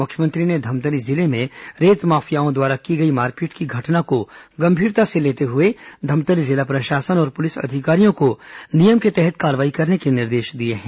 मुख्यमंत्री ने धमतरी जिले में रेत माफियाओं द्वारा की गई मारपीट की घटना को गंभीरता से लेते हुए धमतरी जिला प्रशासन और पुलिस अधिकारियों को नियमानुसार कार्रवाई करने के निर्देश दिए हैं